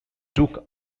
took